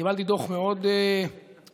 קיבלתי דוח מאוד כואב,